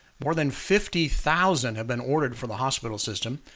more than fifty thousand have been ordered for the hospital system.